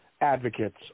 advocates